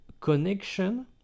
connection